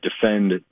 defend